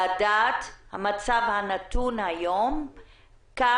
לדעת את המצב הנתון היום לגבי הפנימיות שעליהן היה הבג"צ.